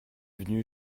venu